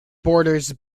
borders